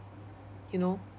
you know